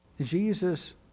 Jesus